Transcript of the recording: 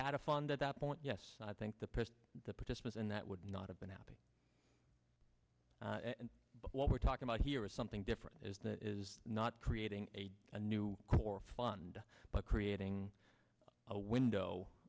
had a fund at that point yes i think the the participants in that would not have been happy and what we're talking about here is something different is that is not creating a new core fund but creating a window